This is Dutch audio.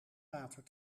water